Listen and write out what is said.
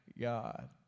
God